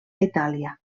itàlia